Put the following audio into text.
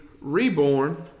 reborn